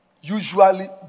Usually